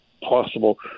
possible